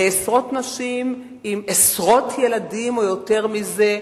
לעשרות נשים עם עשרות ילדים או יותר מזה,